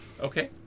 Okay